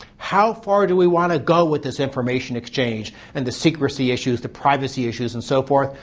how far do we want to go with this information exchange, and the secrecy issues, the privacy issues, and so forth,